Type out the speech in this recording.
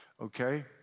okay